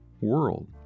world